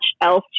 else